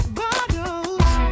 bottles